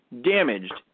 damaged